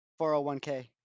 401k